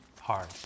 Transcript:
Hard